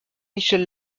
michel